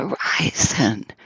horizon